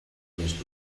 més